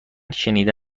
شنیده